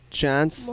chance